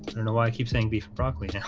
know why i keep saying beef broccoli